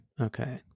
okay